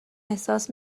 احساس